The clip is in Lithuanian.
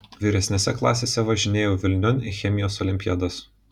vyresnėse klasėse važinėjau vilniun į chemijos olimpiadas